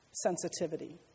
sensitivity